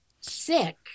sick